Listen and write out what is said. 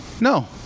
No